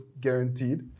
guaranteed